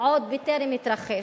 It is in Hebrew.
עוד בטרם התרחש,